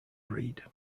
breed